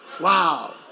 Wow